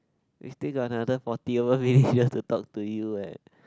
we still got another forty over minutes just to talk to you eh